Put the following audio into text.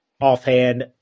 offhand